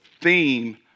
theme